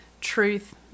truth